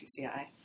PCI